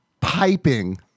piping